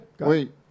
wait